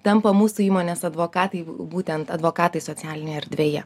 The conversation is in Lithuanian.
tampa mūsų įmonės advokatai būtent advokatai socialinėj erdvėje